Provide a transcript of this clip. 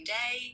day